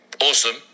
awesome